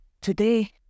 today